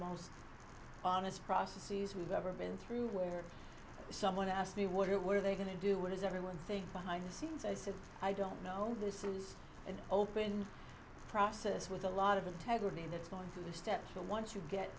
most honest processes we've ever been through where someone asked me what were they going to do what does everyone think behind the scenes i said i don't know this is an open process with a lot of integrity that's going through the steps to once you get